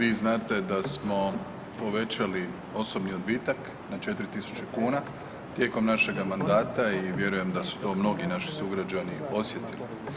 Vi znate da smo povećali osobni odbitak na 4.000 kuna tijekom našega mandata i vjerujem da su to mnogi naši sugrađani osjetili.